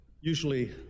usually